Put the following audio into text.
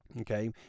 Okay